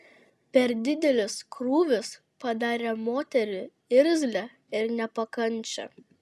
per didelis krūvis padarė moterį irzlią ir nepakančią